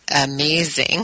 amazing